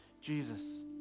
Jesus